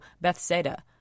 Bethsaida